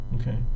okay